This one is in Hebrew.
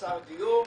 חסר דיור,